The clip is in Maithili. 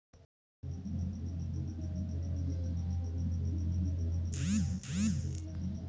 झड़की रोग सॅ गाछक पात आ फूल मौलाय लगैत अछि